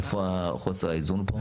איפה חוסר האיזון פה?